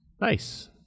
nice